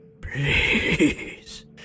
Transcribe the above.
please